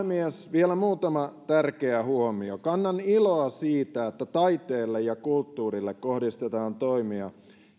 vielä muutama tärkeä huomio kannan iloa siitä että taiteelle ja kulttuurille kohdistetaan toimia